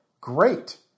Great